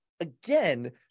Again